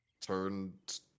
turned